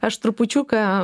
aš trupučiuką